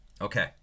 Okay